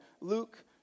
Luke